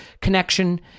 connection